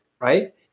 right